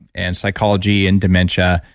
and psychology and dementia,